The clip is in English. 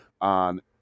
on